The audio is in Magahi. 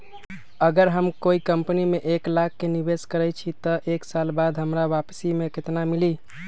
अगर हम कोई कंपनी में एक लाख के निवेस करईछी त एक साल बाद हमरा वापसी में केतना मिली?